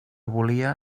volia